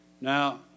Now